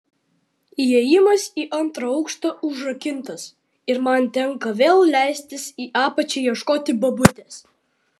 įėjimas į antrą aukštą užrakintas ir man tenka vėl leistis į apačią ieškoti bobutės